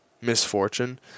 misfortune